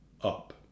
up